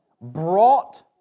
brought